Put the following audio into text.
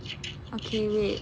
okay wait